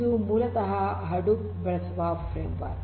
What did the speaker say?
ಇದು ಮೂಲತಃ ಹಡೂಪ್ ಬಳಸುವ ಫ್ರೇಮ್ವರ್ಕ್